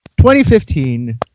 2015